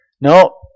no